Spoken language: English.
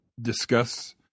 discuss